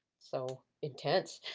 so intense.